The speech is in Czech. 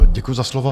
Děkuji za slovo.